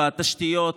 בתשתיות,